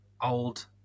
old